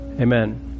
Amen